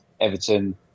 Everton